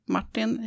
Martin